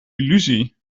illusie